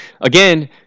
again